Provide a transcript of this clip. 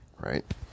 right